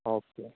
okay